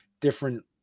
different